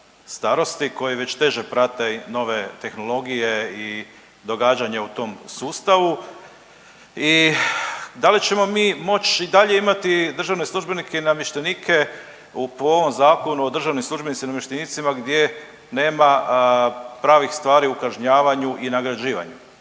starosti koji već teže prate i nove tehnologije i događanja u tom sustavu? I da li ćemo mi moć i dalje imati državne službenike i namještenike po ovom Zakonu o državnim službenicima i namještenicima gdje nema pravih stvari u kažnjavanju i nagrađivanju.